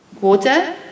Water